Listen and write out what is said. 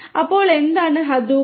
അപ്പോൾ എന്താണ് ഹദൂപ്